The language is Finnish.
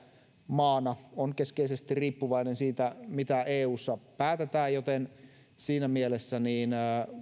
maana on keskeisesti riippuvainen sitä mitä eussa päätetään siinä mielessä